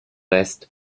est